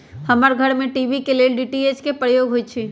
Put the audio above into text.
हमर घर में टी.वी के लेल डी.टी.एच के प्रयोग होइ छै